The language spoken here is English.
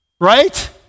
right